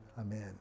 Amen